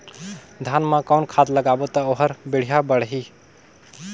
धान मा कौन खाद लगाबो ता ओहार बेडिया बाणही?